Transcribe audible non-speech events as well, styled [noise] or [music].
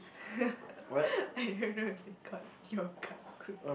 [laughs] I don't know if they caught your card going